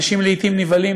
אנשים לעתים נבהלים,